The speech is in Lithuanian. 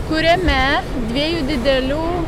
kuriame dviejų didelių